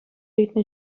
ыйтнӑ